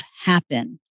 happen